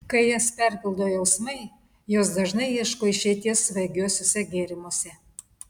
kai jas perpildo jausmai jos dažnai ieško išeities svaigiuosiuose gėrimuose